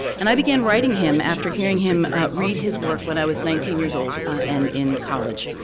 and i began writing him after hearing him read his work when i was nineteen years old and in college.